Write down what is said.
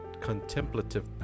contemplative